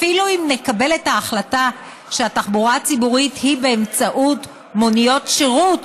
אפילו אם נקבל את ההחלטה שהתחבורה הציבורית היא באמצעות מוניות שירות,